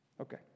okay